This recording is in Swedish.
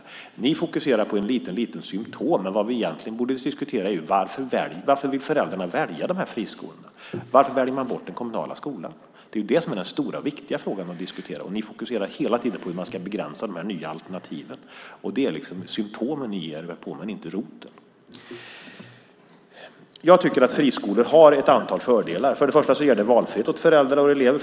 Socialdemokraterna fokuserar på ett litet symtom, men det vi egentligen borde diskutera är varför föräldrarna vill välja dessa friskolor och varför de väljer bort den kommunala skolan. Det är den stora och viktiga frågan att diskutera, men ni fokuserar hela tiden på hur man ska begränsa de nya alternativen. Ni ger er på symtomen men inte roten. Jag tycker att friskolor har ett antal fördelar. För det första ger det valfrihet åt föräldrar och elever.